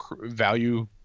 value